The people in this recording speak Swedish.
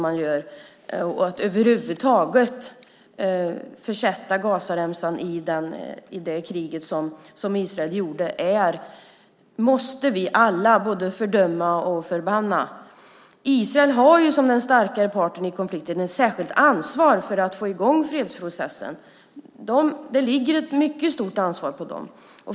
Att försätta Gazaremsan i krig på det sätt som Israel gjorde är något som vi alla måste fördöma och förbanna. Israel har som den starkare parten i konflikten ett särskilt ansvar för att få i gång fredsprocessen. Det ligger ett mycket stort ansvar på dem.